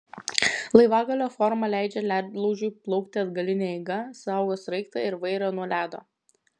laivagalio forma leidžia ledlaužiui plaukti atgaline eiga saugo sraigtą ir vairą nuo ledo